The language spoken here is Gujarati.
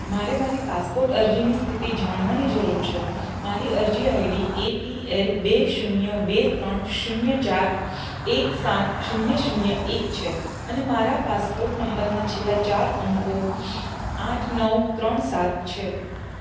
મારે મારી પાસપોર્ટ અરજીની સ્થિતિ જાણવાની જરૂર છે મારી અરજી આઈડી એપીએલ બે શૂન્ય બે ત્રણ શૂન્ય ચાર એક સાત શૂન્ય શૂન્ય એક છે અને મારા પાસપોર્ટ નંબરના છેલ્લા ચાર અંકો આઠ નવ ત્રણ સાત છે